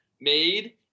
made –